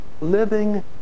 living